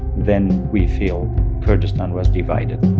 then we feel kurdistan was divided